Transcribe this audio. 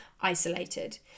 isolated